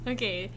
Okay